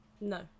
No